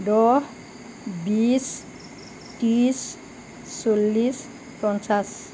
দহ বিশ ত্ৰিছ চল্লিছ পঞ্চাছ